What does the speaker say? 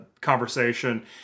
conversation